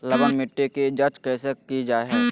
लवन मिट्टी की जच कैसे की जय है?